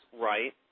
Right